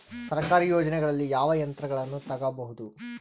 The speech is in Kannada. ಸರ್ಕಾರಿ ಯೋಜನೆಗಳಲ್ಲಿ ಯಾವ ಯಂತ್ರಗಳನ್ನ ತಗಬಹುದು?